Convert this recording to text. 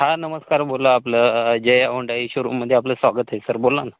हा नमस्कार बोला आपलं जय हुंडाई शोरूममध्ये आपलं स्वागत आहे सर बोला ना